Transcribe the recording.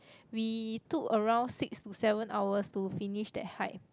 we took around six to seven hours to finish that hike